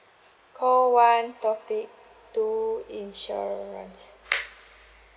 call one topic two insurance